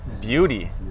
beauty